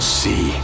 see